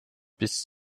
bist